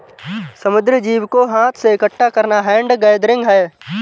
समुद्री जीव को हाथ से इकठ्ठा करना हैंड गैदरिंग है